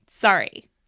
sorry